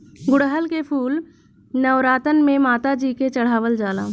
गुड़हल के फूल नवरातन में माता जी के चढ़ावल जाला